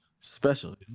special